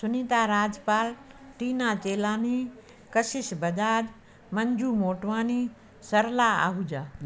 Sunita Rajpal Tina Chelani Kashish Bajaj Manju Motwani Sarla Ahuja